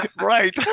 Right